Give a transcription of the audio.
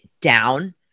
down